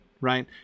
right